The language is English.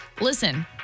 listen